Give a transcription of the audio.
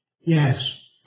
Yes